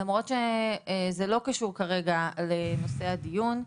למרות שזה לא קשור כרגע לנושא הדיון,